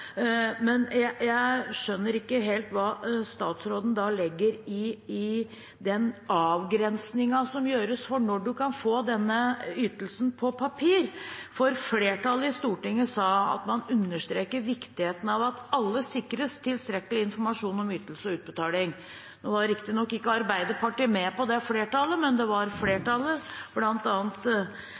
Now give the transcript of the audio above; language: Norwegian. gjøres for når man kan få denne ytelsen på papir. Flertallet i Stortinget sa at man «understreker viktigheten av at alle sikres tilstrekkelig informasjon om ytelse og utbetalinger». Nå var riktignok ikke Arbeiderpartiet med i det flertallet, men flertallet, bl.a. statsrådens eget parti, skrev det